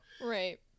Right